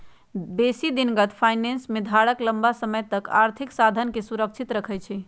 बेशी दिनगत फाइनेंस में धारक लम्मा समय तक आर्थिक साधनके सुरक्षित रखइ छइ